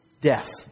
Death